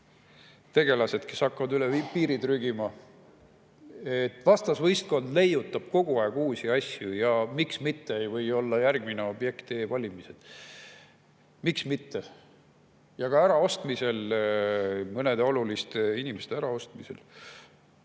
tegelased, kes hakkasid üle piiri trügima. Vastasvõistkond leiutab kogu aeg uusi asju. Miks ei või olla järgmine objekt e-valimised? Miks mitte? Ja ka mõnede oluliste inimeste äraostmiseks